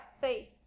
faith